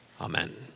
Amen